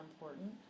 important